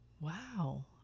wow